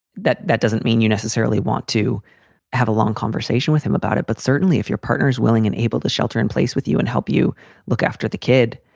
that that doesn't mean you necessarily want to have a long conversation with him about it. but certainly if your partner is willing and able to shelter in place with you and help you look after the kid.